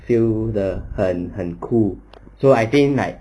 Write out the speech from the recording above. feel 得很很 cool so I think like